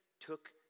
took